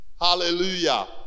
hallelujah